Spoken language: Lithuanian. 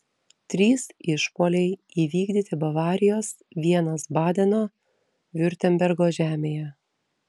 trys išpuoliai įvykdyti bavarijos vienas badeno viurtembergo žemėje